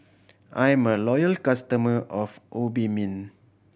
I am a loyal customer of Obimin